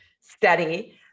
steady